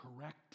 correct